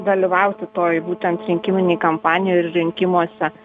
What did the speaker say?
dalyvauti toj būtent rinkiminėj kampanijoj ir rinkimuose